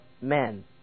men